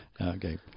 Okay